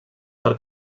per